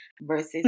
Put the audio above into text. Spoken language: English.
versus